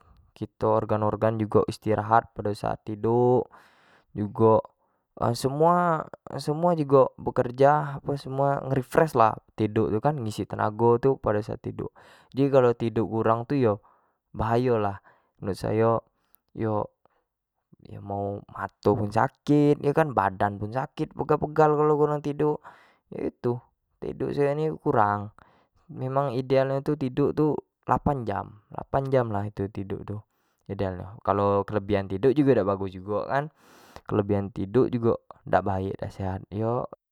Kito organ- organ jugo istirahat di saat kito tiduk, jugo semua jugo bekerja semua juga bekerja semua juga refresh lah ngisi tenago kan pado saat tiduk, jadi kalua tiduk kurang tu yo bahayo lah menurut sayo yo, mau mato pun sakit yo kan badan pun sakit pegal- pegal garo- garo kurang tiduk, tiduk sayo ni kurang, memang ideal nyo tiduk tu lapan jam, lapan jam lah tiduk tu ideal nyo, kalau kelebihan tiduk jugo dak bgaus jugo kan kelebihan tiduk jugo dak baik dak sehat yo.